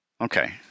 Okay